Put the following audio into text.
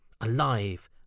alive